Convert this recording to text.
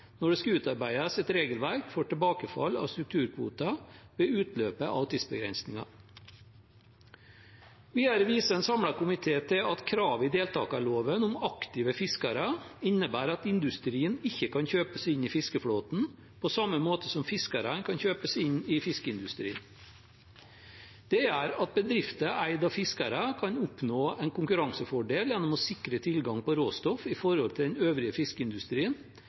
når det skal utarbeides et regelverk for tilbakefall av strukturkvoter ved utløpet av tidsbegrensningen. Videre viser en samlet komité til at kravet i deltakerloven om aktive fiskere innebærer at industrien ikke kan kjøpe seg inn i fiskeflåten på samme måte som fiskerne kan kjøpe seg inn i fiskeindustrien. Det gjør at bedrifter eid av fiskere kan oppnå en konkurransefordel gjennom å sikre tilgang på råstoff i forhold til den øvrige fiskeindustrien,